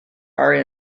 are